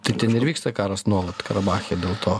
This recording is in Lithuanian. tai ten ir vyksta karas nuolat karabache dėl to